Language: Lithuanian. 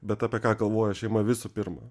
bet apie ką galvoja šeima visų pirma